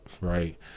right